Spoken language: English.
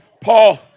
Paul